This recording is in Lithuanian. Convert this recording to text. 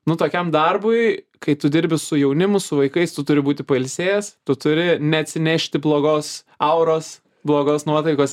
nu tokiam darbui kai tu dirbi su jaunimu su vaikais tu turi būti pailsėjęs tu turi neatsinešti blogos auros blogos nuotaikos